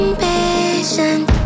patient